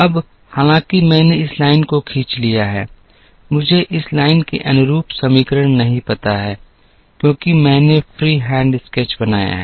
अब हालांकि मैंने इस लाइन को खींच लिया है मुझे इस लाइन के अनुरूप समीकरण नहीं पता है क्योंकि मैंने फ्री हैंड स्केच बनाया है